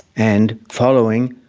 and following,